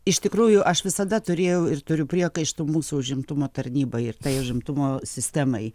iš tikrųjų aš visada turėjau ir turiu priekaištų mūsų užimtumo tarnybai ir užimtumo sistemai